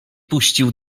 puścił